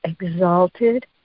exalted